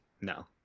no